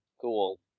cool